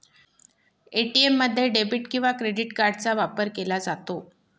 ATM मध्ये debit किंवा credit कार्डचा वापर केला जातो